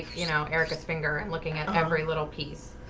you know erika's finger and looking at every little piece.